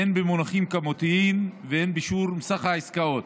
הן במונחים כמותיים והן כשיעור בסך העסקאות.